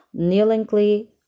kneelingly